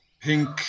pink